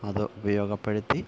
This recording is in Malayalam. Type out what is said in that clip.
അത് ഉപയോഗപ്പെടുത്തി